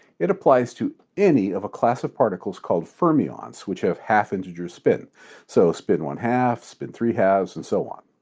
it applies to any of a class of particles called fermions, which have half integer spin so spin one half, spin three halves, and so on.